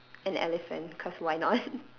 an elephant because why not